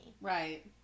Right